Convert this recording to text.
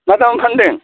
मा दामाव फान्दों